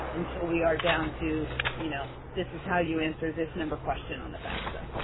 until we are down to you know this is how you answer this number question on the fafsa.